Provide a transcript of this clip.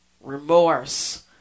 remorse